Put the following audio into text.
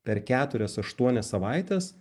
per keturias aštuonias savaites